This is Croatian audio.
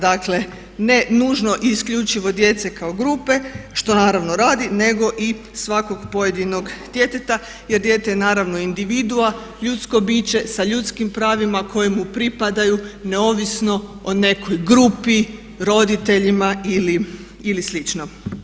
Dakle ne nužno i isključivo djece kao grupe što naravno radi, nego i svakog pojedinog djeteta jer dijete je naravno individua, ljudsko biće sa ljudskim pravima koje mu pripadaju neovisno o nekoj grupi, roditeljima ili slično.